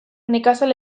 nekazal